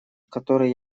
который